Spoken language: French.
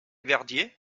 verdier